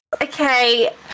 okay